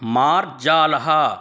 मार्जालः